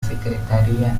secretaría